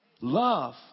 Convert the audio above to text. Love